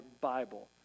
Bible